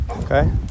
Okay